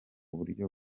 buryo